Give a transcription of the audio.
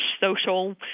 social